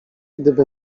gdyby